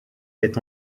est